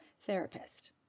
therapist